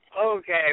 okay